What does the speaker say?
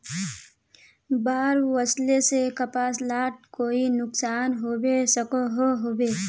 बाढ़ वस्ले से कपास लात कोई नुकसान होबे सकोहो होबे?